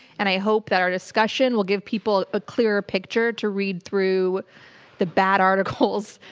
and i hope that our discussion will give people a clearer picture to read through the bad articles,